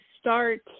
start